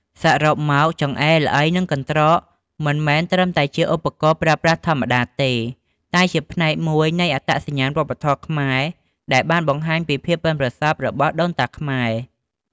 សរុបមក ចង្អេរ ល្អី និងកន្រ្តក មិនមែនត្រឹមតែជាឧបករណ៍ប្រើប្រាស់ធម្មតាទេ តែជាផ្នែកមួយនៃអត្តសញ្ញាណវប្បធម៌ខ្មែរ ដែលបានបង្ហាញពីភាពប៉ិនប្រសប់របស់ដូនតាខ្មែរ។